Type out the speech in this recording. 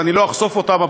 ואני לא אחשוף אותן,